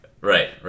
right